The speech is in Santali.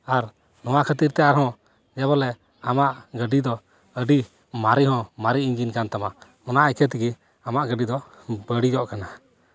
ᱟᱨ ᱱᱚᱣᱟ ᱠᱷᱟᱹᱛᱤᱨ ᱛᱮ ᱟᱨᱦᱚᱸ ᱜᱮ ᱵᱚᱞᱮ ᱟᱢᱟᱜ ᱜᱟᱹᱰᱤ ᱫᱚ ᱟᱹᱰᱤ ᱢᱟᱨᱮ ᱦᱚᱸ ᱢᱟᱨᱮ ᱤᱧᱡᱤᱱ ᱠᱟᱱ ᱛᱟᱢᱟ ᱚᱱᱟ ᱤᱭᱠᱷᱟᱹ ᱛᱮᱜᱮ ᱟᱢᱟᱜ ᱜᱟᱹᱰᱤ ᱫᱚ ᱵᱟᱹᱲᱤᱡᱚᱜ ᱠᱟᱱᱟ